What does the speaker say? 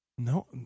No